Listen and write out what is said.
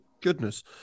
goodness